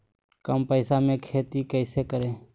कम पैसों में खेती कैसे करें?